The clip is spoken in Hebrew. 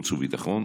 חוץ וביטחון.